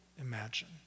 imagine